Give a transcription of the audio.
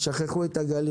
משרד התחבורה שכח את הגליל,